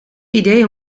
idee